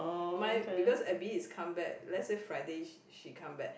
my because Abby is come back let's say Friday she come back